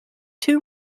too